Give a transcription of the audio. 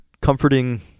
comforting